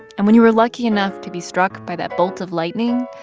and when you were lucky enough to be struck by that bolt of lightning,